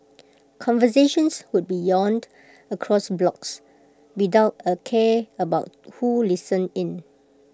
conversations would be yelled across blocks without A care about who listened in